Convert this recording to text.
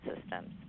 systems